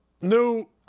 new